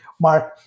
mark